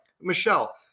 Michelle